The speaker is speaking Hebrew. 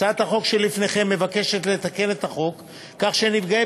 הצעת החוק שלפניכם מבקשת לתקן את החוק כך שנפגעי